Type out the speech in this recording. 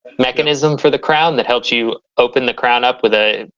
mechanism for the crown. that helps you open the crown up with a.